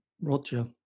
Roger